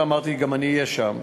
וגם אמרתי שאני אהיה שם.